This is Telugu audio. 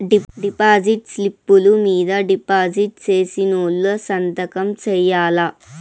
డిపాజిట్ స్లిప్పులు మీద డిపాజిట్ సేసినోళ్లు సంతకం సేయాల్ల